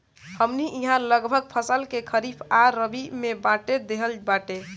हमनी इहाँ लगभग फसल के खरीफ आ रबी में बाँट देहल बाटे